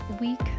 week